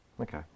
okay